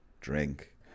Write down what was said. drink